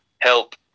Help